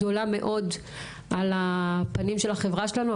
גדולה מאוד על הפנים של החברה שלנו,